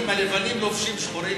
העניים הלבנים לובשים שחורים.